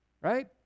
right